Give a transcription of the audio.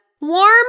warm